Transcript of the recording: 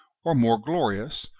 or more glorious,